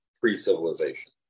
pre-civilization